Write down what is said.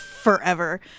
forever